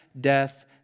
death